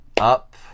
up